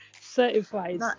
Certified